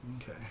Okay